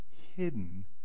hidden